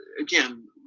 again